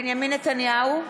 נתניהו,